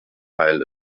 heil